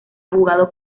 jugado